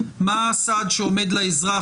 מה הסעד שעומד לאזרח.